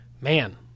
man